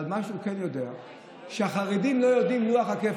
מה שהוא כן יודע זה שהחרדים לא יודעים את לוח הכפל.